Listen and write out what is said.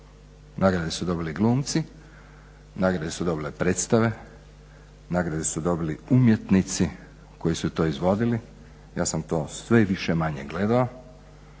nagrade su dobili glumci, nagrade su dobile predstave, nagrade su dobili umjetnici koji su to izvodili, ja sam to sve više-manje gledao